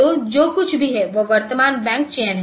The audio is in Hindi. तो जो कुछ भी है वह वर्तमान बैंक चयन है